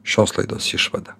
šios laidos išvada